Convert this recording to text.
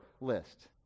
list